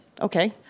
Okay